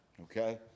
okay